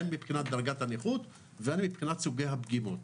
הן מבחינת דרגת הנכון והן מבחינת סוגי הפגימות.